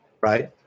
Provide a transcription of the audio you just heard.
Right